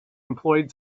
employed